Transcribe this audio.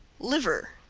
liver,